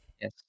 Yes